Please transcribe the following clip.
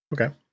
Okay